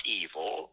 evil